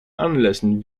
anlässen